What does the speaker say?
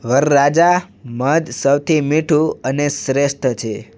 વરરાજા મધ સૌથી મીઠું અને શ્રેષ્ઠ છે